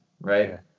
right